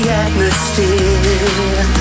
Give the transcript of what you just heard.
atmosphere